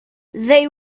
they